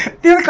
the